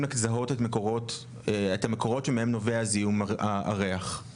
לזהות את המקורות שמהם נובע זיהום הריח,